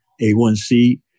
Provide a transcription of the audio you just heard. A1C